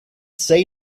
say